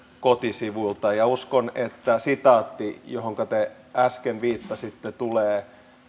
kotisivuilta ja uskon että sitaatti johonka te äsken viittasitte tulee